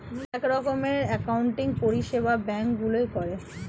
এক রকমের অ্যাকাউন্টিং পরিষেবা ব্যাঙ্ক গুলোয় করে